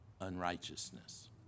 unrighteousness